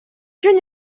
жөн